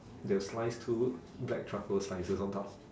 they'll slice two black truffle slices on top